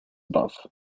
above